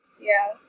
Yes